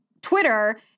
Twitter